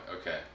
Okay